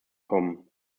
kommen